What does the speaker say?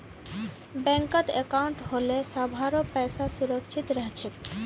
बैंकत अंकाउट होले सभारो पैसा सुरक्षित रह छेक